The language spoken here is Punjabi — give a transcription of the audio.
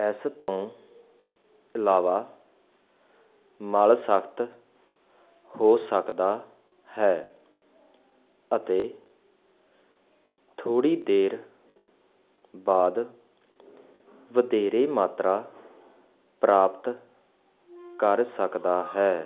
ਇਸ ਤੋਂ ਇਲਾਵਾ ਮਲ ਸਖ਼ਤ ਹੋ ਸਕਦਾ ਹੈ ਅਤੇ ਥੋੜ੍ਹੀ ਦੇਰ ਬਾਅਦ ਵਧੇਰੇ ਮਾਤਰਾ ਪ੍ਰਾਪਤ ਕਰ ਸਕਦਾ ਹੈ